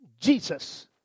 Jesus